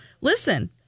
listen